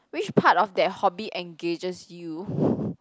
which part of that hobby engages you